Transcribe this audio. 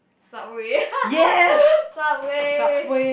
subway subway